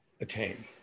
attain